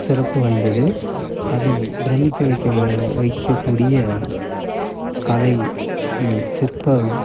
சிறப்பு வாய்ந்தது அதில் பிரமிக்க வைக்க வ வைக்கக்கூடிய கலையின் சிற்பம்